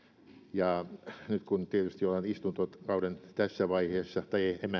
nyt kun tietysti ollaan istuntokauden tässä vaiheessa tai emmehän me